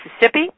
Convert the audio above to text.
Mississippi